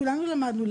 כולנו למדנו,